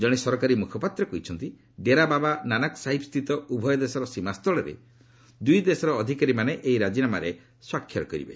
ଜଣେ ସରକାରୀ ମୁଖପାତ୍ର କହିଛନ୍ତି ଡେରାବାବା ନାନକ ସାହିବ୍ ସ୍ଥିତ ଉଭୟ ଦେଶର ସୀମାସ୍ଥଳରେ ଦୁଇ ଦେଶର ଅଧିକାରୀମାନେ ଏହି ରାଜିନାମାରେ ସ୍ୱାକ୍ଷର କରିବେ